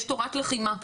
יש תורת לחימה,